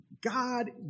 God